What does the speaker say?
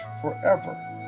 forever